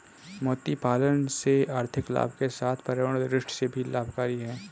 मोती पालन से आर्थिक लाभ के साथ पर्यावरण दृष्टि से भी लाभकरी है